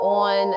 on